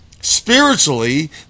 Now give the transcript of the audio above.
spiritually